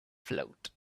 float